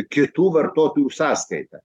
kitų vartotojų sąskaita